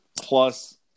plus